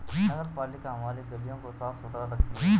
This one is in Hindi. नगरपालिका हमारी गलियों को साफ़ सुथरा रखती है